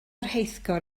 rheithgor